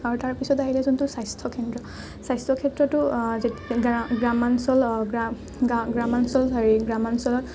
আৰু তাৰপাছত আহিলে যোনটো স্বাস্থ্য কেন্দ্ৰ স্বাস্থ্য ক্ষেত্ৰতো গ্ৰামাঞ্চলৰ গ্ৰামাঞ্চলত